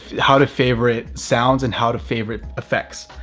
how to favorite sounds and how to favorite effects.